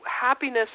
happiness